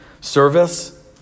service